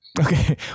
Okay